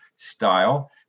style